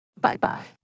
Bye-bye